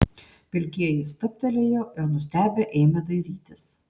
pilkieji stabtelėjo ir nustebę ėmė dairytis